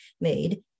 made